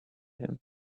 him